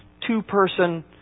two-person